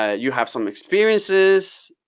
ah you have some experiences.